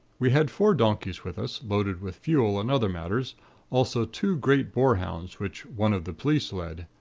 we had four donkeys with us, loaded with fuel and other matters also two great boarhounds, which one of the police led.